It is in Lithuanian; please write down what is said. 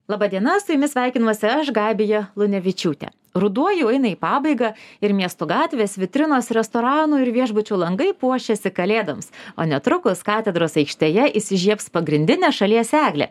laba diena su jumis sveikinuosi aš gabija lunevičiūtė ruduo jau eina į pabaigą ir miesto gatvės vitrinos restoranų ir viešbučių langai puošiasi kalėdoms o netrukus katedros aikštėje įsižiebs pagrindinė šalies eglė